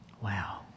Wow